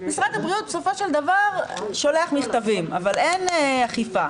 משרד הבריאות בסופו של דבר שולח מכתבים אבל אין אכיפה,